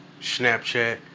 Snapchat